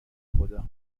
خدا